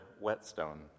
Whetstone